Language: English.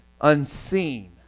unseen